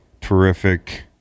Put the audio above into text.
terrific